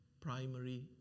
primary